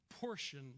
portion